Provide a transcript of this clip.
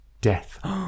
Death